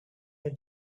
your